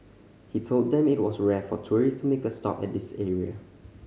he told them it was rare for tourists to make a stop at this area